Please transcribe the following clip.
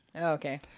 Okay